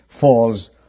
falls